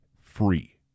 free